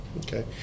okay